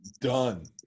Done